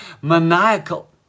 maniacal